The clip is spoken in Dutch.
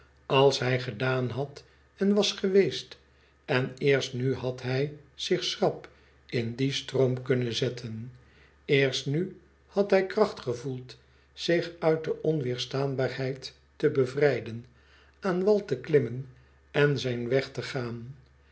als hij gedaan had en was geweest en eerst nu had hij zich schrap in dien stroom kunnen zetten eerst nu had hij kracht gevoeld zich uit die onweerstaanbaarheid te bevrijden aan wal te klimmen en zijn weg te gaan